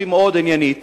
שהיא מאוד עניינית,